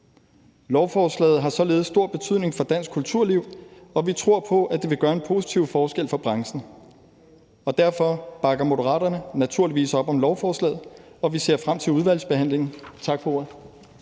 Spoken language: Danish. Lovforslaget har således stor betydning for dansk kulturliv, og vi tror på, at det vil gøre en positiv forskel for branchen, og derfor bakker Moderaterne naturligvis op om lovforslaget, og vi ser frem til udvalgsbehandlingen. Tak for ordet.